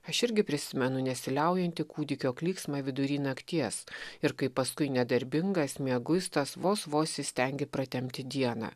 aš irgi prisimenu nesiliaujantį kūdikio klyksmą vidury nakties ir kaip paskui nedarbingas mieguistas vos vos įstengi pratempti dieną